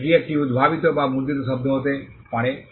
এটি একটি উদ্ভাবিত বা মুদ্রিত শব্দ হতে পারে